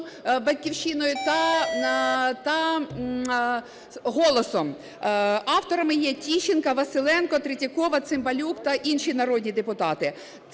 "Батьківщина" та "Голосом". Авторами є Тищенко, Василенко, Третьякова, Цимбалюк та інші народні депутати.